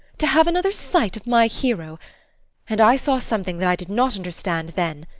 to have another sight of my hero and i saw something that i did not understand then.